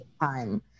time